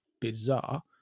bizarre